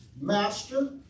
Master